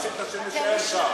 אתה רצית שנישאר שם.